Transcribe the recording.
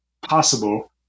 possible